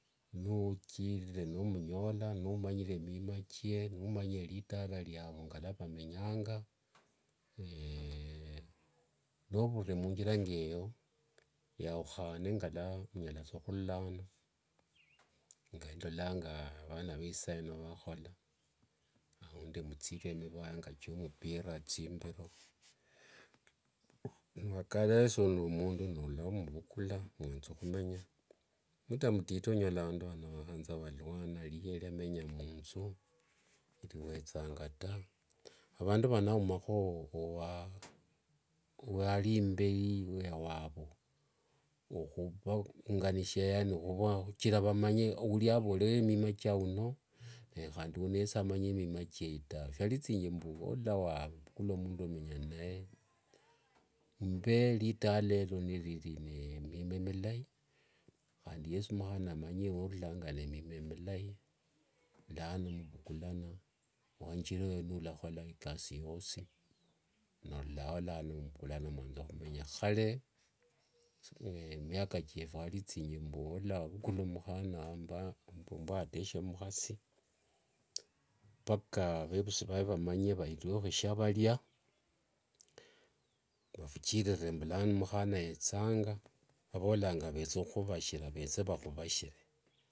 Nuchirire nomunyola, numanyire mima chie numanyire ritala riavu ngalua vamenyanga novurire munjira ngeyo yaukhane ngalua munyala saa khurula ano ngandolanga vana vaisaino nivhakhola aundi muthire mivao nga chia mupira, tsimbiro niwakanasa nende mundu, nomukhukula mwanza khumenya, mtaa mtiti onyola vandu vano vakhanza valuana liye liamenya munthu siliwethanga taa. Avandu vano aumakhowo waliimberi wavu, okhunganishia khuchira vamanye ulia avole mima chia uno, nekhandi uno yesi amanye mima chiaye tawe. Phalithingi uolola wavukhula mundu wamenya inaye mbe litala elio nilili nende mima milai handi mukhana yesi amanye worulangq nemima milai, lano muvhukulana wanjirayo niwalakhola ikasi yosi nilulao lano khuvukulana mwanza khumenya. Khale miaka thiefu khwalithingi mbu oula wavukhula mukhana mba nomba wateshia mukhasi paka vevusi vae vamanye vairiruekho shiavalia. Ofuchirire mbulano mukhana yethanga, vavolanga vetha ukhuvashira, vethe vakhuvashire.